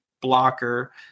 blocker